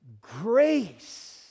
grace